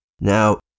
Now